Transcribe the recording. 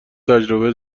تجربه